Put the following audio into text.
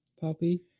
puppy